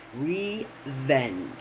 Revenge